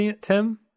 Tim